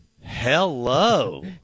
Hello